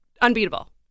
unbeatable